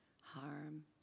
harm